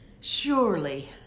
Surely